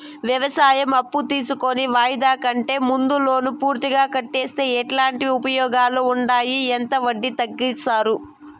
వ్యవసాయం అప్పు తీసుకొని వాయిదా కంటే ముందే లోను పూర్తిగా కట్టేస్తే ఎట్లాంటి ఉపయోగాలు ఉండాయి? ఎంత వడ్డీ తగ్గిస్తారు?